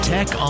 Tech